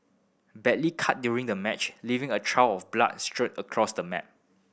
badly cut during the match leaving a trail of blood strewn across the mat